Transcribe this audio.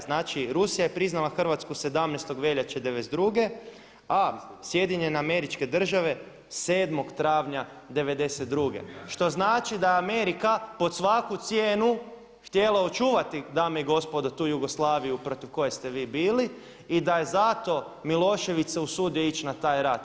Znači Rusija je priznala Hrvatsku 17. veljače 1992. a SAD 7. travnja 1992. što znači da Amerika pod svaku cijenu htjela očuvati dame i gospodo tu Jugoslaviju protiv koje ste vi bili i da je zato Milošević se usudio ići na taj rad.